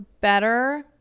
better